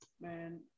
Man